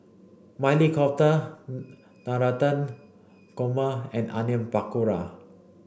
Maili Kofta Navratan Korma and Onion Pakora